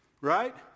Right